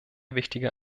wichtige